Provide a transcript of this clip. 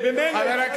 אני לא מאמין.